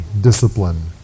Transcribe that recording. discipline